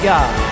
God